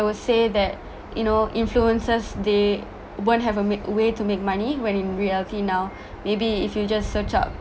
I would say that you know influencers they won't have a make way to make money when in reality now maybe if you just search up